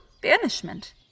banishment